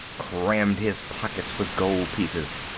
crammed his pockets with gold pieces.